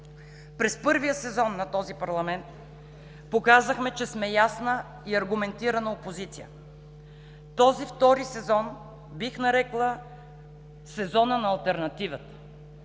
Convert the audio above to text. През първия сезон на този парламент показахме, че сме ясна и аргументирана опозиция. Този втори сезон бих нарекла сезона на алтернативата.